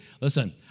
Listen